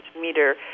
meter